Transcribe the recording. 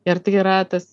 ir tai yra tas